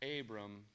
Abram